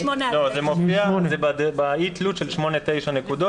זה באי-תלות של 8 9 נקודות.